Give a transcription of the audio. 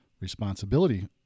responsibility